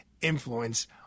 influence